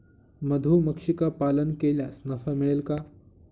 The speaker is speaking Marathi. मधुमक्षिका पालन केल्यास नफा मिळेल का?